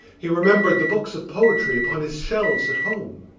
he remembered the books of poetry upon his shelves at home.